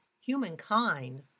Humankind